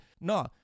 No